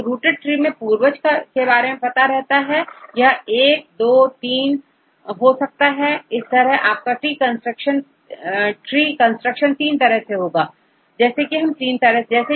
किन्तु rooted tree में पूर्वज के बारे में पता रहता है यहI याII याIII हो सकता है इस तरह आपका ट्री कंस्ट्रक्शन 3 तरह से हो सकता है